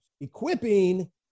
equipping